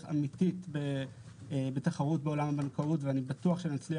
אמיתית בתחרות בעולם הבנקאות ואני בטוח שנצליח,